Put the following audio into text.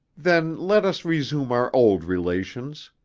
then let us resume our old relations,